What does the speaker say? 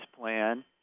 plan